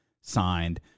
signed